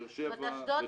באר שבע,